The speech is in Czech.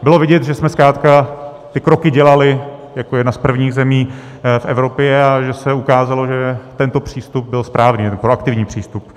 Bylo vidět, že jsme zkrátka ty kroky dělali jako jedna z prvních zemí v Evropě a že se ukázalo, že tento přístup byl správný, proaktivní přístup.